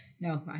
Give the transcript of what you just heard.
No